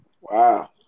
Wow